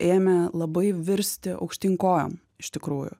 ėmė labai virsti aukštyn kojom iš tikrųjų